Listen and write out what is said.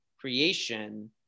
creation